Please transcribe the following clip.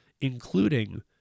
including